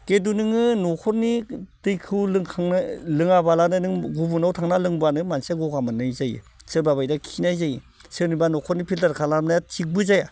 खिन्थु नोङो न'खरनि दैखौ लोङाबालानो नों गुबुनाव थांना लोंबा मानसिया गगा मोननाय जायो सोरबा बायदिया खिनाय जायो सोरनिबा न'खरनि फिल्टार खालामनाया थिगबो जाया